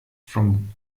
from